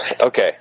Okay